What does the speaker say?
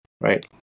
Right